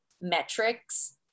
metrics